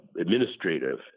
administrative